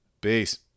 Peace